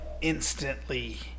instantly